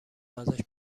ازش